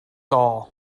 all